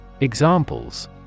Examples